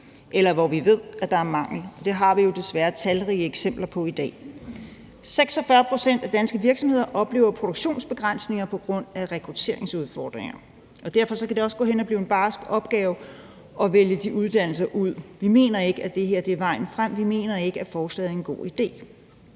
eller hvor vi ved der er mangel, og det har vi jo desværre talrige eksempler på i dag. 46 pct. af danske virksomheder oplever produktionsbegrænsninger på grund af rekrutteringsudfordringer. Derfor kan det også gå hen og blive en barsk opgave at vælge de uddannelser ud. Vi mener ikke, at det her er vejen frem. Vi mener ikke, at forslaget er en god idé.